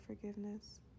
forgiveness